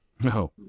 No